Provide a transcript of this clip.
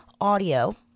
audio